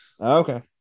Okay